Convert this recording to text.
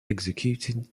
executed